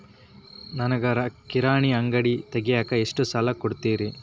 ನನಗ ಕಿರಾಣಿ ಅಂಗಡಿ ತಗಿಯಾಕ್ ಎಷ್ಟ ಸಾಲ ಕೊಡ್ತೇರಿ?